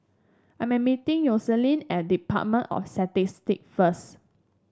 I am meeting Yoselin at Department of Statistics first